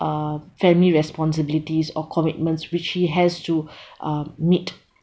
uh family responsibilities or commitments which he has to uh meet